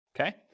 Okay